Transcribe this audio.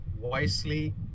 wisely